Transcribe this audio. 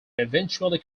eventually